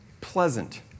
pleasant